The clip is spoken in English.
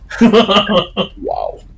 Wow